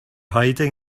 hiding